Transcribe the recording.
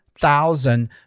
thousand